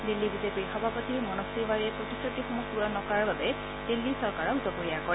দিল্লী বিজেপিৰ সভাপতি মনোজ তিৱাৰীয়ে প্ৰতিশ্ৰতিসমূহ পূৰণ নকৰাৰ বাবে দিল্লী চৰকাৰক জগৰীয়া কৰে